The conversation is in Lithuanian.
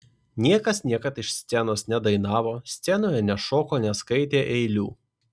niekas niekad iš scenos nedainavo scenoje nešoko neskaitė eilių